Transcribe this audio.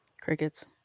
Crickets